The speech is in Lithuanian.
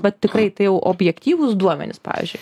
vat tikrai tai objektyvūs duomenys pavyzdžiui